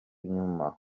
inyuma